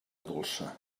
dolça